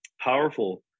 powerful